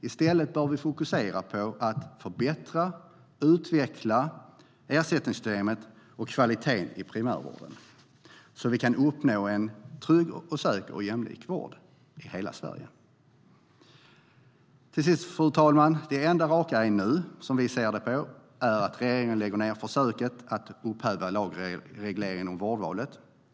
I stället bör vi fokusera på att förbättra och utveckla ersättningssystemen och kvaliteten i primärvården så att vi kan uppnå en trygg, säker och jämlik vård i hela Sverige.Till sist, fru talman: Det enda raka är nu, som vi ser det, att regeringen lägger ned försöket att upphäva lagregleringen om vårdvalet.